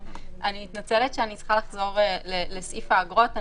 אני מתנצלת שאני צריכה לחזר לסעיף האגרות.